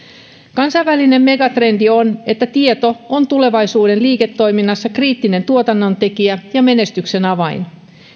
kansainvälinen megatrendi on että tieto on tulevaisuuden liiketoiminnassa kriittinen tuotannontekijä ja menestyksen avain